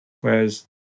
Whereas